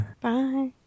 Bye